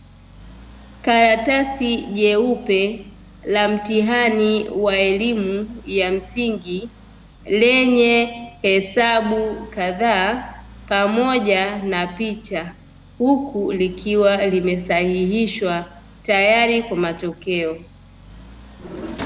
Karatasi jeupe la mtihani wa elimu ya msingi lenye hesabu kadhaa pamoja na picha huku likiwa limesahihishwa tayari kwa matokeo.